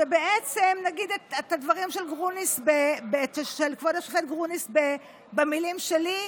אני אגיד את המילים של כבוד השופט גרוניס במילים שלי.